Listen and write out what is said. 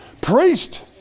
priest